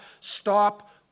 Stop